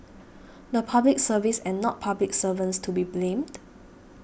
the Public Service and not public servants to be blamed